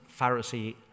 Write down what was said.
Pharisee